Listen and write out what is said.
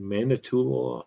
Manitoula